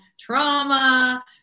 trauma